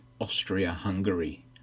Austria-Hungary